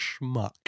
schmuck